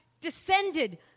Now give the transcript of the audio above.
descended